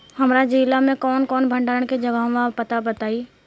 हमरा जिला मे कवन कवन भंडारन के जगहबा पता बताईं?